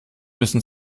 müssen